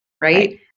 right